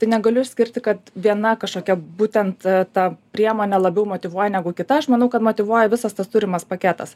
tai negaliu išskirti kad viena kažkokia būtent ta priemonė labiau motyvuoja negu kita aš manau kad motyvuoja visas tas turimas paketas